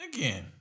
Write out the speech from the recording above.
Again